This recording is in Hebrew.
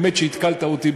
האמת שהתקלת אותי,